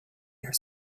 their